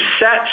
set